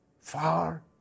far